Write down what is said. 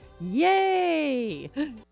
Yay